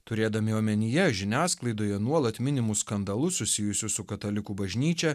turėdami omenyje žiniasklaidoje nuolat minimus skandalus susijusius su katalikų bažnyčia